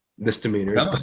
Misdemeanors